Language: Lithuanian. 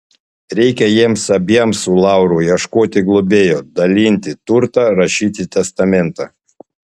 reikia jiems abiems su lauru ieškoti globėjo dalinti turtą rašyti testamentą